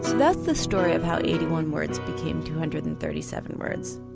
that's the story of how eighty one words became two hundred and thirty seven words,